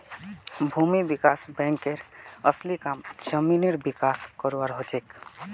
भूमि विकास बैंकेर असली काम जमीनेर विकास करवार हछेक